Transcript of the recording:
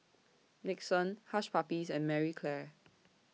Nixon Hush Puppies and Marie Claire